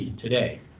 today